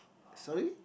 sorry